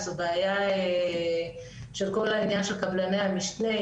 וזו בעיה של כל העניין של קבלני המשנה,